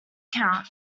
count